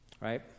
Right